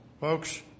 Folks